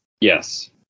Yes